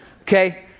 okay